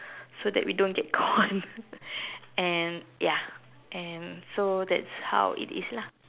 so that we don't get caught and ya and so that's how it is lah